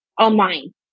online